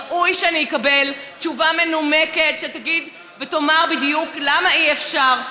ראוי שאני אקבל תשובה מנומקת שתגיד ותאמר בדיוק למה אי-אפשר,